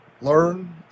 learn